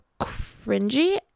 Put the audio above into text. cringy